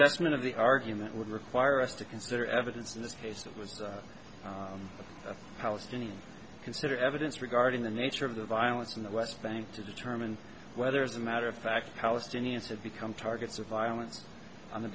testament of the argument would require us to consider evidence in this case it was a palestinian consider evidence regarding the nature of the violence in the west bank to determine whether as a matter of fact palestinians have become targets of violence on the